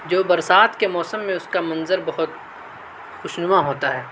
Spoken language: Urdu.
جو برسات کے موسم میں اس کا منظر بہت خوش نما ہوتا ہے